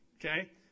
okay